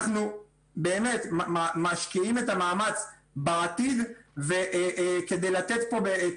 אנחנו באמת משקיעים את המאמץ בעתיד וכדי לתת פה את